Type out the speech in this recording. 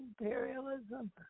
imperialism